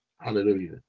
Hallelujah